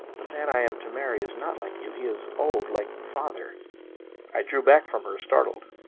the man i am to marry is not like you. he is old, like father i drew back from her, startled.